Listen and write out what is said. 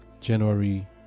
January